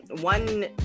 one